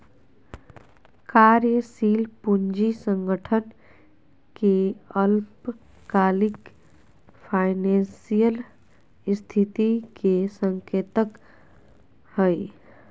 कार्यशील पूंजी संगठन के अल्पकालिक फाइनेंशियल स्थिति के संकेतक हइ